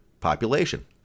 population